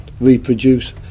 reproduce